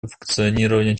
функционирование